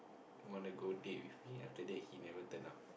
wanna go date with me after that he never turn up